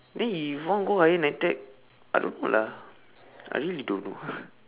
then he want go higher NITEC I don't know lah I really don't know